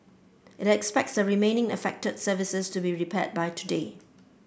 it expects the remaining affected services to be repaired by today